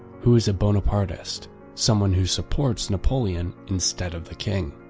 who is a bonapartist someone who supports napoleon instead of the king.